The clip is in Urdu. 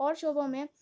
اور شعبوں میں